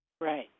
Right